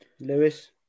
Lewis